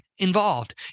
Involved